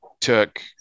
took